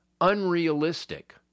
unrealistic